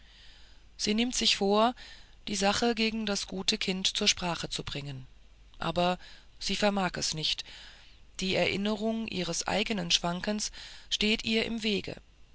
sie nimmt sich vor die sache gegen das gute kind zur sprache zu bringen aber sie vermag es nicht die erinnerung ihres eignen schwankens steht ihr im wege